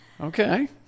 Okay